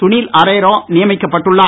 சுனில் அரோரா நியமிக்கப்பட்டுள்ளார்